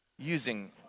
using